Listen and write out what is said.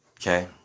okay